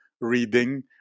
reading